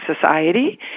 society